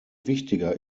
wichtiger